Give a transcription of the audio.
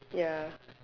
ya